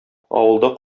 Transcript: авылда